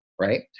right